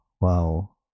Wow